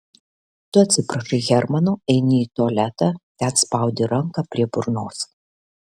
tu atsiprašai hermano eini į tualetą ten spaudi ranką prie burnos